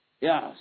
Yes